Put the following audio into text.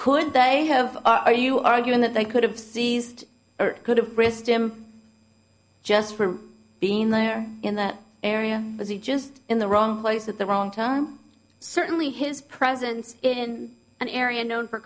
could they have are you arguing that they could have seized or could have brister him just for being there in that area as he just in the wrong place at the wrong turn certainly his presence in an area known for